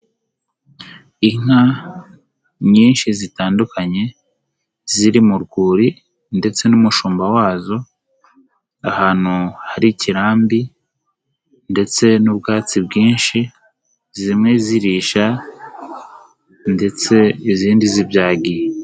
Inka, nyinshi zitandukanye, ziri mu rwuri, ndetse n'umushumba wazo, ahantu hari ikirambi, ndetse n'ubwatsi bwinshi, zimwe zirisha, ndetse izindi zibyagiye.